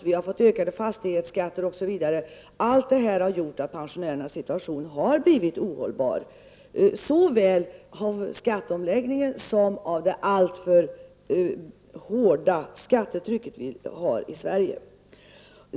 Vi har fått en ökning av fastighetsskatterna, osv. Allt detta har gjort att pensionärernas situation har blivit ohållbar, dvs. såväl på grund av skatteomläggningen som på grund av det alltför hårda skattetrycket i landet.